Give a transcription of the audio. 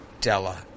Della